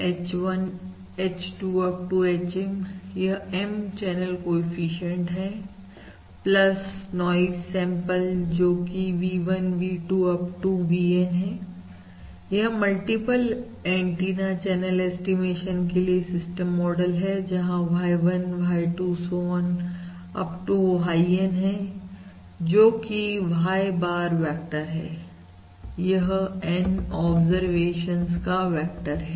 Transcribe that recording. H1 H2 up to HM यह M channel coefficient है noise sample जोकि V1 V2 Up to VN है यह मल्टीपल एंटीना चैनल ऐस्टीमेशन के लिए सिस्टम मॉडल है जहां Y1 Y2 so on up to YN जोकि Y bar वेक्टर है यह N ऑब्जर्वेशंस का वेक्टर है